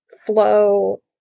flow